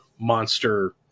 monster